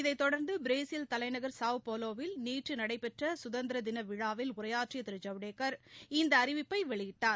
இதைத் தொடர்ந்து பிரேசில் தலைநகர் சாவோபாவோவில் நேற்று நடைபெற்ற சுதந்திரதின விழாவில் உரையாற்றிய திரு ஜவடேக்கர் இந்த அறிவிப்பை வெளியிட்டார்